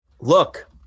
Look